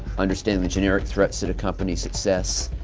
understanding the generic threats to the company's success,